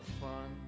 fun